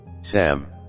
Sam